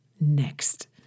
next